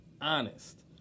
honest